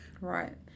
Right